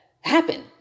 happen